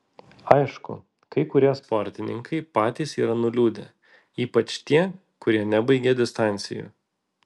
aišku kai kurie sportininkai patys yra nuliūdę ypač tie kurie nebaigė distancijų